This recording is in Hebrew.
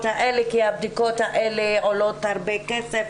האלה כי הבדיקות האלה עולות הרבה כסף.